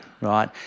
right